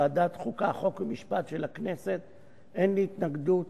בוועדת החוקה, חוק ומשפט של הכנסת, אין לי התנגדות